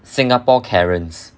singapore karens